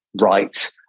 right